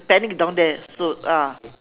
panic down there so ah